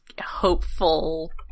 hopeful